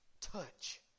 touch